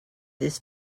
this